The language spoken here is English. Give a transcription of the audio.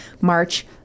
March